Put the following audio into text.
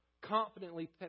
Confidently